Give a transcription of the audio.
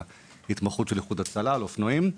ובהתמחות של איחוד הצלה על אופנועים.